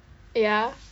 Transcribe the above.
ya